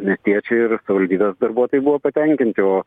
miestiečiai ir savaldybės darbuotojai buvo patenkinti o